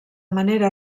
manera